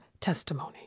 testimony